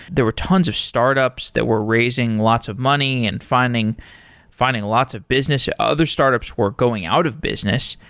there were tons of startups that were raising lots of money and finding finding lots of business. other startups were going out of business.